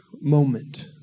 moment